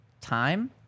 time